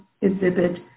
exhibit